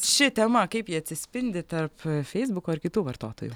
ši tema kaip ji atsispindi tarp feisbuko ir kitų vartotojų